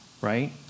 right